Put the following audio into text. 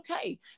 okay